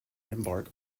embark